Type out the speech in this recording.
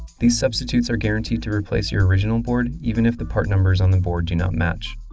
these substitutes are guaranteed to replace your original board, even if the part numbers on the board do not match.